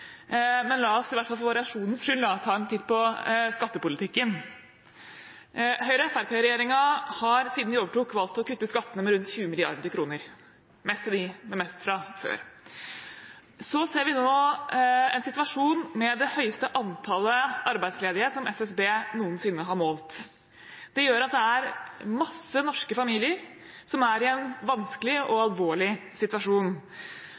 men la oss, i hvert fall for variasjonens skyld, ta en titt på skattepolitikken. Høyre–Fremskrittsparti-regjeringen har siden de overtok, valgt å kutte skattene med rundt 20 mrd. kr – mest til dem med mest fra før. Så ser vi nå en situasjon med det høyeste antallet arbeidsledige som SSB noensinne har målt. Det gjør at det er mange norske familier som er i en vanskelig og alvorlig situasjon.